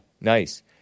nice